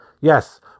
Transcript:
Yes